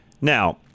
Now